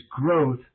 growth